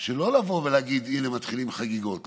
לא לבוא ולהגיד: הינה, מתחילים חגיגות.